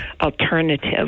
alternative